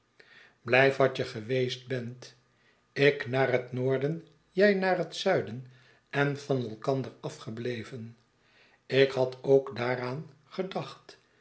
blijf wat je geweest bent ik naar het noorden jij naar het zuiden en van elkander afgebleven ik had ook daaraan gedacht